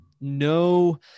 no